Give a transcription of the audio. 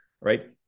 right